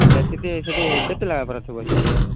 ହେଲେ ସେଠି ସେଠି କେତେ ଲେଖା ବରା ସବୁ ଅଛି ସେଠି